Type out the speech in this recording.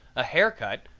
a hair cut,